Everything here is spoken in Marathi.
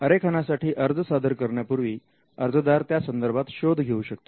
आरेखनासाठी अर्ज सादर करण्यापूर्वी अर्जदार त्यासंदर्भात शोध घेऊ शकतो